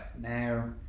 now